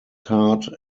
cart